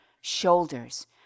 shoulders